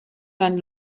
man